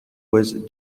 was